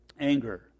anger